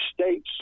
states